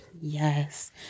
Yes